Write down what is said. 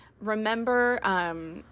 remember –